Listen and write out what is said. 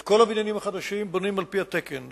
את כל הבניינים החדשים בונים על-פי התקן,